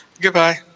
Goodbye